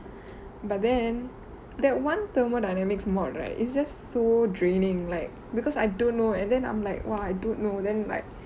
but then that one thermodynamics mod right it's just so draining like because I don't know and then I'm like !wah! I don't know then like